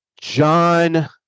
John